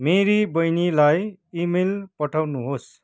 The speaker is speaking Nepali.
मेरी बहिनीलाई इमेल पठाउनुहोस्